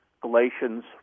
Galatians